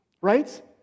Right